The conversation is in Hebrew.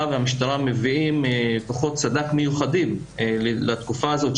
והמשטרה מביאים כוחות סד"כ מיוחדים לתקופה הזאת,